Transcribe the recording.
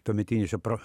tuometinis čia pro